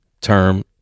term